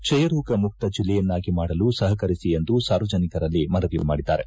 ಕ್ಷೆಯರೋಗ ಮುಕ್ತ ಜಲ್ಲೆಯನ್ನಾಗಿ ಮಾಡಲು ಸಪಕರಿಸಿ ಎಂದು ಸಾರ್ವಜನಿಕರಲ್ಲಿ ಮನವಿ ಮಾಡಿದ್ದಾರೆ